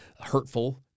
hurtful